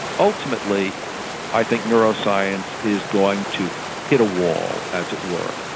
ultimately i think neuroscience is going to hit a wall, as it were,